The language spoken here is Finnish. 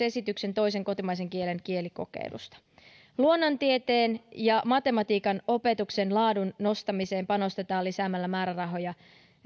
esityksen toisen kotimaisen kielen kielikokeilusta luonnontieteen ja matematiikan opetuksen laadun nostamiseen panostetaan lisäämällä määrärahoja